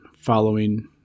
following